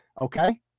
Okay